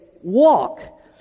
walk